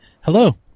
Hello